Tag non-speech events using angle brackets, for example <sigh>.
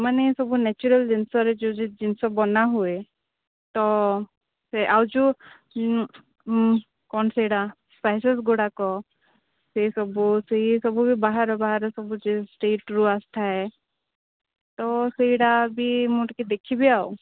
ମାନେ ସବୁ ନାଚୁରାଲ୍ ଜିନିଷରେ ଯେଉଁ ଜିନିଷ ବନା ହୁଏ ତ ସେ ଆଉ ଯେଉଁ କ'ଣ ସେଡ଼ା <unintelligible> ଗୁଡ଼ିକ ସେହି ସବୁ ସେହି ସବୁ ବାହାର ବାହାର ସବୁ ଷ୍ଟେଟ୍ରୁ ଆସିଥାଏ ତ ସେଇଡ଼ା ବି ମୁଁ ଟିକେ ଦେଖିବି ଆଉ